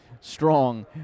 strong